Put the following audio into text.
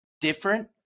different